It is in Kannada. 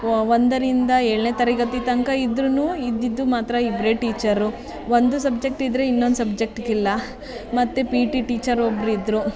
ಒಂದರಿಂದ ಏಳನೇ ತರಗತಿ ತನಕ ಇದ್ರೂ ಇದ್ದಿದ್ದು ಮಾತ್ರ ಇಬ್ಬರೇ ಟೀಚರು ಒಂದು ಸಬ್ಜೆಕ್ಟ್ ಇದ್ದರೆ ಇನ್ನೊಂದು ಸಬ್ಜೆಕ್ಟಿಗಿಲ್ಲ ಮತ್ತು ಪಿ ಟಿ ಟೀಚರ್ ಒಬ್ರು ಇದ್ದರು